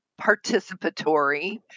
participatory